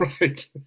Right